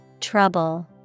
Trouble